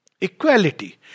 Equality